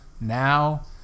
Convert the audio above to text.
now